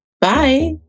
Bye